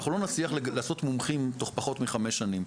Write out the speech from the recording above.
אנחנו לא נצליח לעשות מומחים תוך פחות מחמש שנים,